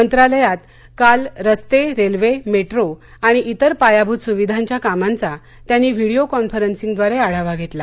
मंत्रालयात काल रस्ते रेल्वे मेट्रो आणि इतर पायाभूत सुविधांच्या कामांचा त्यांनी व्हिडिओ कॉन्फरन्सिंगद्वारे आढावा घेतला